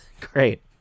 Great